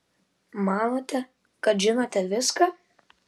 manote kad žinote viską